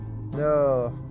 No